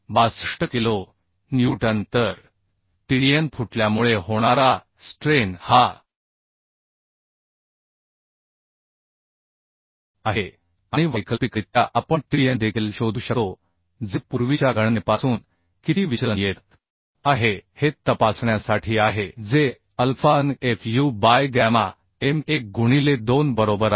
62 kilo newton तर TDN फुटल्यामुळे होणारा स्ट्रेन हा आहे आणि वैकल्पिकरित्या आपण TDN देखील शोधू शकतो जे पूर्वीच्या गणनेपासून किती विचलन येत आहे हे तपासण्यासाठी आहे जे alpha n Fu by gamma m 1 गुणिले 2 बरोबर आहे